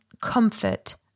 comfort